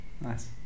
Nice